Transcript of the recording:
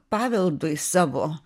paveldui savo